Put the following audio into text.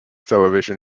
television